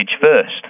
first